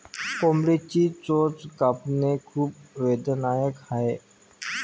कोंबडीची चोच कापणे खूप वेदनादायक आहे